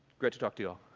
great to talk to you all.